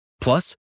Plus